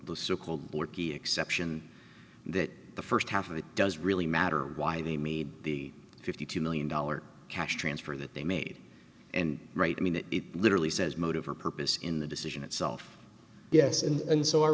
board exception that the st half of it doesn't really matter why they made the fifty two million dollars cash transfer that they made and right i mean it literally says motive or purpose in the decision itself yes and so our